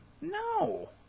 No